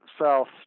south